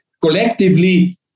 collectively